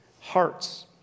hearts